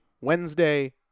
Wednesday